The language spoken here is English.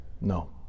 No